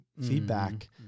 feedback